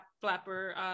flapper